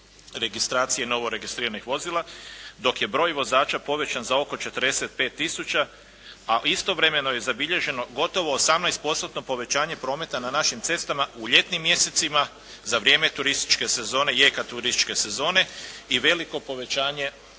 registracije novoregistriranih vozila dok je broj vozača povećan za oko 45 tisuća a istovremeno je zabilježeno gotovo 18 postotno povećanje prometa na našim cestama u ljetnim mjesecima za vrijeme turističke sezone, jeka turističke sezone i veliko povećanje